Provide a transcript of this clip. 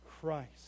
Christ